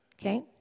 Okay